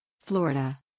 Florida